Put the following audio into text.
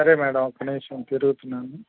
సరే మేడం ఒక నిమిషం తిరుగుతున్నాను